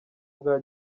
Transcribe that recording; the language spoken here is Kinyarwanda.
bwa